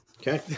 Okay